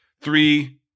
Three